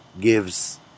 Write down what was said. gives